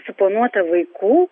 suplanuota vaikų